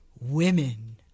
women